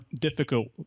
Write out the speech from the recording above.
difficult